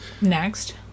Next